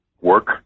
work